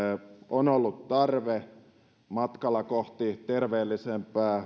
on ollut tarve matkalla kohti terveellisempää